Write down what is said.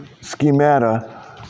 schemata